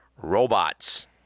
robots